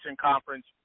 Conference